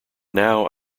now